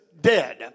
dead